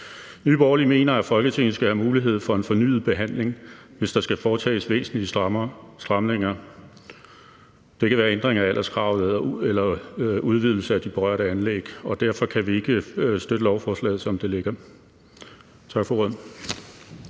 Nye Borgerlige mener, at Folketinget skal have mulighed for en fornyet behandling, hvis der skal foretages væsentlige stramninger; det kan være ændringer af alderskravet eller udvidelse af de berørte anlæg. Derfor kan vi ikke støtte lovforslaget, som det ligger.